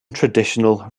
traditional